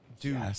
Dude